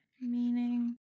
meaning